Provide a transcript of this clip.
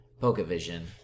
Pokevision